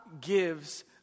gives